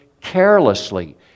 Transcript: carelessly